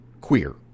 queer